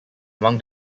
among